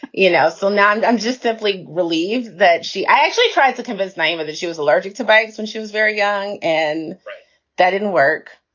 you know. so now i'm i'm just simply relieved that she actually tried to convince nyima that she was allergic to bikes and she was very young and that didn't work.